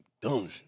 Dumb